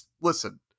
listen